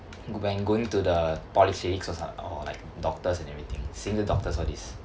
when going to the polyclinics or some or like doctors and everything seeing the doctors all this